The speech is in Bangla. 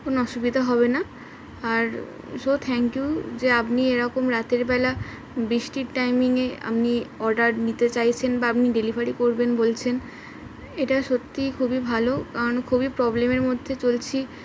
কোন অসুবিধা হবে না আর সো থ্যাংক ইউ যে আপনি এরকম রাতেরবেলা বষ্টির টাইমিংয়ে আপনি অর্ডার নিতে চাইছেন বা আপনি ডেলিভারি করবেন বলছেন এটা সত্যিই খুবই ভালো কারণ খুবই প্রবলেমের মধ্যে চলছি